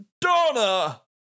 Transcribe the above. Donna